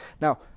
Now